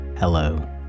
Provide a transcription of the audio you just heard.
Hello